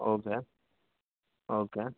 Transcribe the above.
okay okay